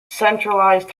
centralized